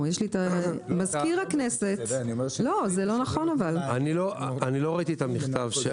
מזכיר הכנסת --- אני לא ראיתי את המכתב של,